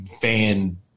fan